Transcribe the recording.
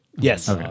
Yes